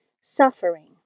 Suffering